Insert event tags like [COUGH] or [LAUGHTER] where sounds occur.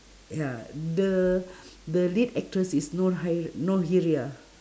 ya the [BREATH] the lead actress is noor-hai~ noorkhiriah